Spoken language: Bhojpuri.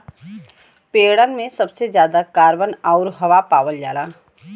पेड़न में सबसे जादा कार्बन आउर हवा पावल जाला